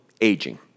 aging